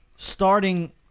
Starting